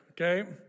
okay